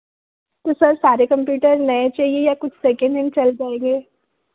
तो सर सारे कंप्यूटर नए चाहिए या कुछ सेकंड हैण्ड चल जाएँगे